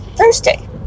Thursday